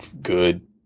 good